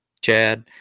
Chad